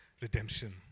redemption